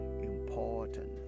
important